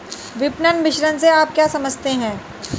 विपणन मिश्रण से आप क्या समझते हैं?